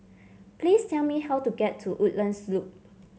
please tell me how to get to Woodlands Loop